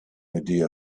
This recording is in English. idea